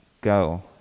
go